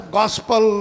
gospel